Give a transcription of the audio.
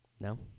No